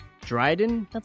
dryden